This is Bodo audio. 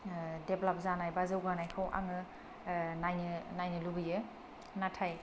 देभलप्त जानाय बा जौगानायखौ आङो नायनो नायनो लुबैयो नाथाय